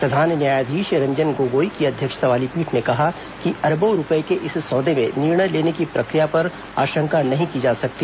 प्रधान न्यायाधीश रंजन गोगोई की अध्यक्षता वाली पीठ ने कहा कि अरबों रूपये के इस सौदे में निर्णय लेने की प्रक्रिया पर आशंका नहीं की जा सकती